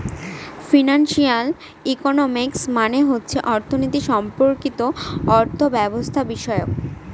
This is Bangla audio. ফিনান্সিয়াল ইকোনমিক্স মানে হচ্ছে অর্থনীতি সম্পর্কিত অর্থব্যবস্থাবিষয়ক